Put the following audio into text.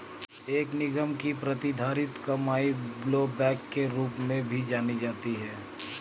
एक निगम की प्रतिधारित कमाई ब्लोबैक के रूप में भी जानी जाती है